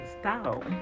style